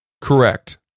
correct